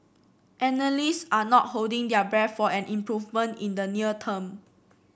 analyst are not holding their breath for an improvement in the near term